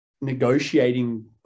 negotiating